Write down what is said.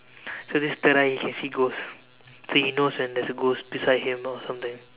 so this third eye he can see ghost so he knows when there's a ghost beside him or something